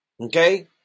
Okay